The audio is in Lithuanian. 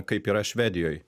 kaip yra švedijoj